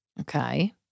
Okay